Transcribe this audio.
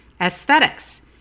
aesthetics